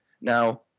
Now